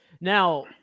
now